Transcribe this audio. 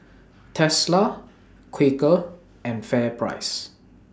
Tesla Quaker and FairPrice